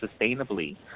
sustainably